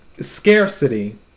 Scarcity